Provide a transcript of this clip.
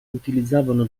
utilizzavano